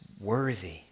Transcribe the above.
worthy